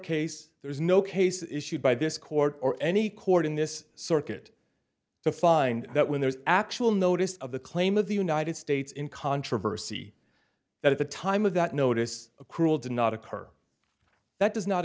case there is no case issued by this court or any court in this circuit to find that when there is actual notice of the claim of the united states in controversy at the time of that notice a cruel did not occur that does not